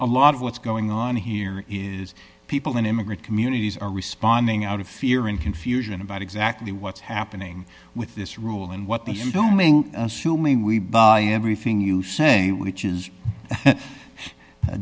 a lot of what's going on here is people in immigrant communities are responding out of fear and confusion about exactly what's happening with this rule and what they say assuming we buy everything you say which is a